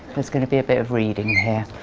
there's going to be a bit of reading here.